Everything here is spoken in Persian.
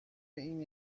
این